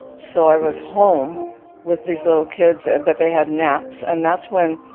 so i was home with these little kids. and but they had naps and that's when.